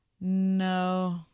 No